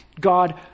God